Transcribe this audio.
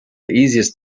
easiest